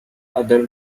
other